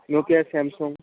Nokia Samsung